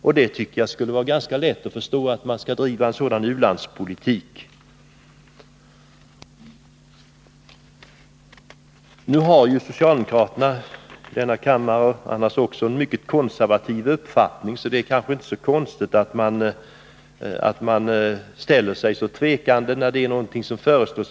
Jag tycker att det borde vara ganska lätt att förstå att man skall bedriva en sådan u-landspolitik. Socialdemokraterna har i denna kammare visat, och annars också, att man har en mycket konservativ uppfattning, så det är kanske inte konstigt att man ställer sig tvekande, när något nytt föreslås.